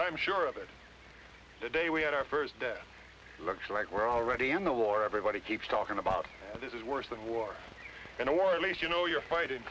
i'm sure of it the day we had our first looks like we're already in the war everybody keeps talking about this is worse than war and war at least you know you're fighting